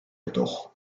jedoch